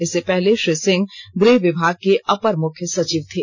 इससे पहले श्री सिंह गृह विभाग के अपर मुख्य सचिव थे